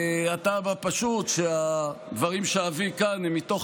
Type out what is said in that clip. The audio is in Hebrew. מהטעם הפשוט שהדברים שאביא כאן הם מתוך